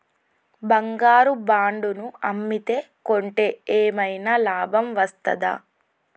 బంగారు బాండు ను అమ్మితే కొంటే ఏమైనా లాభం వస్తదా?